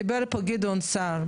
דיבר פה גדעון סער,